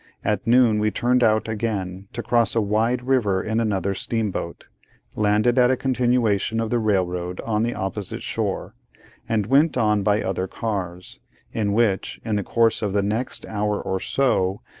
at noon we turned out again, to cross a wide river in another steamboat landed at a continuation of the railroad on the opposite shore and went on by other cars in which, in the course of the next hour or so,